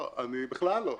בכלל לא.